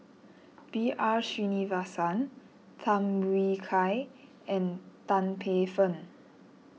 B R Sreenivasan Tham Yui Kai and Tan Paey Fern